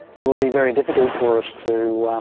it will be very difficult for us to,